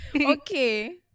Okay